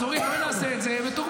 אז אורית, בואי נעשה את זה מתורבת.